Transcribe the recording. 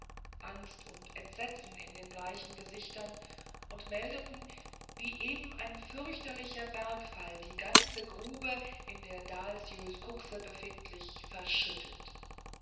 angst und entsetzen in den bleichen gesichtern und meldeten wie eben ein fürchterlicher bergfall die ganze grube in der dahlsjös kuxe befindlich verschüttet